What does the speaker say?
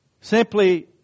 simply